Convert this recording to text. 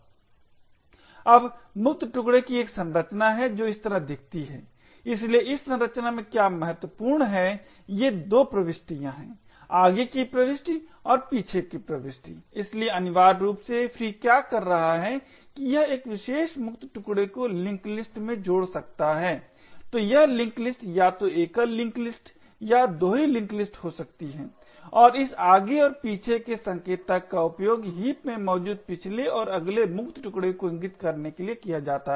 अब मुक्त टुकडे की एक संरचना है जो इस तरह दिखती है इसलिए इस संरचना में क्या महत्वपूर्ण है ये 2 प्रविष्टियां हैं आगे की प्रविष्टि और पीछे की प्रविष्टि इसलिए अनिवार्य रूप से free क्या कर रहा है कि यह एक विशेष मुक्त टुकडे को लिंक लिस्ट में जोड़ सकता है तो यह लिंक लिस्ट या तो एकल लिंक लिस्ट या दोहरी लिंक लिस्ट हो सकती है और इस आगे और पीछे के संकेतक का उपयोग हीप में मौजूद पिछले और अगले मुक्त टुकडे को इंगित करने के लिए किया जाता है